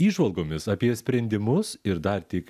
įžvalgomis apie sprendimus ir dar tik